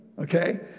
okay